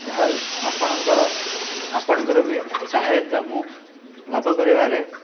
ଏହା ଆପଣଙ୍କର ଆପଣଙ୍କର ବି ସାହାୟତା ମୁଁ ଲାଭ କରିବାରେ